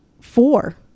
four